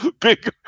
Big